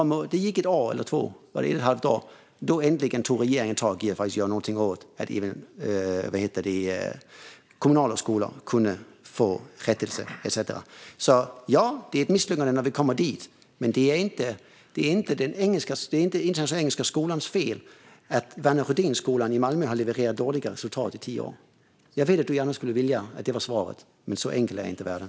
Det gick ett år eller två; sedan tog regeringen äntligen tag i att faktiskt göra någonting så att kommunala skolor kunde få rättelser. Ja, det är ett misslyckande när vi kommer dit. Men det är inte Internationella Engelska Skolans fel att Värner Rydénskolan i Malmö har levererat dåliga resultat i tio år. Jag vet att du gärna skulle vilja att det var svaret, Daniel Riazat, men så enkel är inte världen.